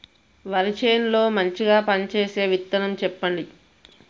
వరి చేను లో మంచిగా పనిచేసే విత్తనం చెప్పండి?